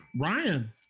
Ryan